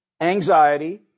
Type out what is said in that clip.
anxiety